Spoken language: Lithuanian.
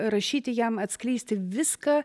rašyti jam atskleisti viską